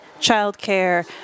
childcare